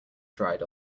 dried